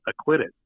acquitted